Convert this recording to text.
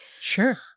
Sure